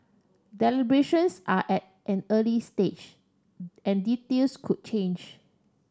deliberations are at an early stage and details could change